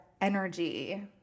energy